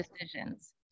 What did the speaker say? decisions